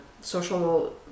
social